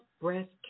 Breast